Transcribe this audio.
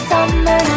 Summer